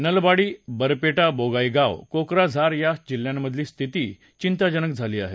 नलबाडी बरपेटा बोगाईगाव कोकराझार या जिल्ह्यांमधली स्थिती चिंताजनक बनली आहे